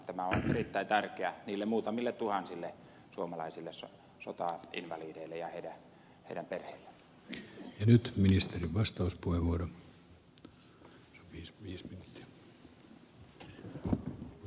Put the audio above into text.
tämä on erittäin tärkeä asia niille muutamille tuhansille suomalaisille sotainvalideille ja heidän perheilleen